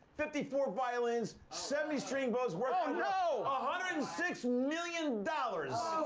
fifty-four violins, seventy string bows worth one you know ah hundred and six million dollars. ooohhh!